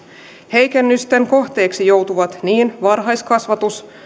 heikennysten kohteeksi joutuvat niin varhaiskasvatus